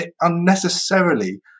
unnecessarily